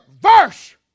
verse